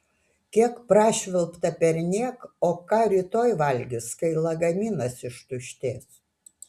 kiek prašvilpta perniek o ką rytoj valgys kai lagaminas ištuštės